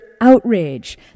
outrage